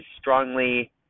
strongly